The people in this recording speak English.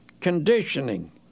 conditioning